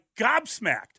gobsmacked